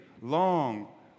long